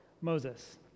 Moses